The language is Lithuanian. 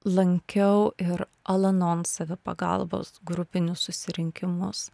lankiau ir alanon savipagalbos grupinius susirinkimus